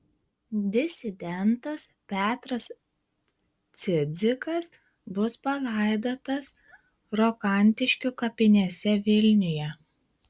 disidentas petras cidzikas bus palaidotas rokantiškių kapinėse vilniuje